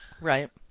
Right